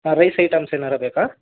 ಹಾಂ rice items ಏನಾರೂ ಬೇಕಾ